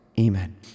Amen